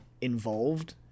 involved